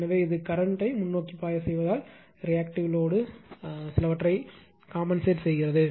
எனவே இது கரண்ட்டை முன்னோக்கி பாய செய்வதால் ரியாக்டிவ் லோடு சிலவற்றை காம்பன்சேட் செய்கிறது